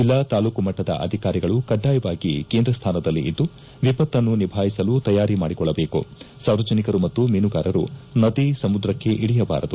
ಜಿಲ್ಲಾ ತಾಲೂಕು ಮಟ್ಟದ ಅಧಿಕಾರಿಗಳು ಕಡ್ಡಾಯವಾಗಿ ಕೇಂದ್ರ ಸ್ಥಾನದಲ್ಲಿದ್ದು ವಿಪತ್ತನ್ನು ನಿಭಾಯಿಸಲು ತಯಾರಿ ಮಾಡಿಕೊಳ್ಳಬೇಕು ಸಾರ್ವಜನಿಕರು ಮತ್ತು ಮೀನುಗಾರರು ನದಿ ಸಮುದ್ರಕ್ಕೆ ಇಳಿಯ ಬಾರದು